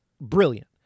brilliant